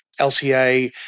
LCA